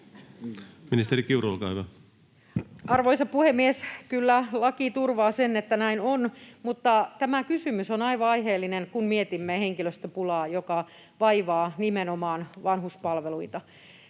Time: 16:10 Content: Arvoisa puhemies! Kyllä laki turvaa sen, että näin on, mutta tämä kysymys on aivan aiheellinen, kun mietimme henkilöstöpulaa, joka vaivaa nimenomaan vanhuspalveluita.